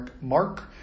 Mark